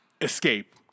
Escape